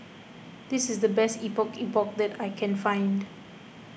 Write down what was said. this is the best Epok Epok that I can find